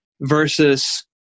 versus